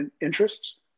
interests